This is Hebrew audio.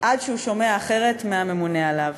עד שהוא שומע אחרת מהממונה עליו,